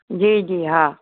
जी जी हा